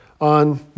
on